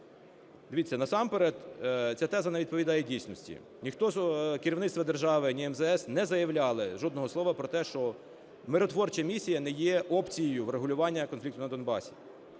Дивіться, насамперед ця теза не відповідає дійсності. Ніхто з керівництва держави, ні МЗС не заявляли жодного слова про те, що миротворча місія не є опцією врегулювання конфлікту на Донбасі.